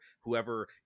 whoever